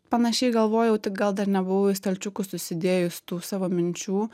panašiai galvojau tik gal dar nebuvau į stalčiukus susidėjus tų savo minčių